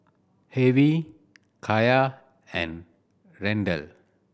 Hervey Kya and Randell